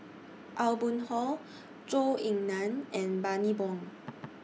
Aw Boon Haw Zhou Ying NAN and Bani Buang